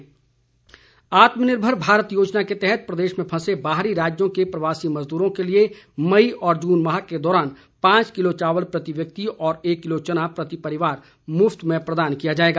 आत्मनिर्भर भारत आत्म निर्भर भारत योजना के तहत प्रदेश में फंसे बाहरी राज्यों के प्रवासी मज़दूरों के लिए मई और जून माह के दौरान पांच किलो चावल प्रति व्यक्ति और एक किलो चना प्रति परिवार मुफ्त में प्रदान किया जाएगा